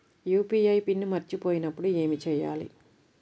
UPI PIN మరచిపోయినప్పుడు ఏమి చేయాలి?